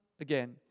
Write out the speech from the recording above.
again